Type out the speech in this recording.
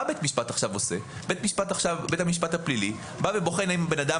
בית משפט הפלילי בא ובוחן האם בן אדם